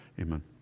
Amen